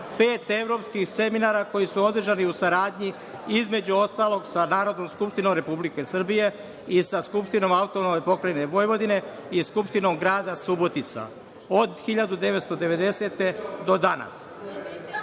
pet evropskih seminara koji su održani u saradnji, između ostalog sa Narodnom skupštinom Republike Srbije i sa Skupštinom AP Vojvodine i Skupštinom grada Subotice, od 1990. godine